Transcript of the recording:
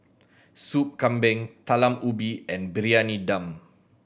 Soup Kambing Talam Ubi and Briyani Dum